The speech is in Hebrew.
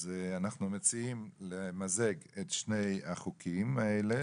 אז אנחנו מציעים למזג את שני החוקים האלה,